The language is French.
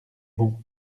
bon